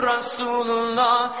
Rasulullah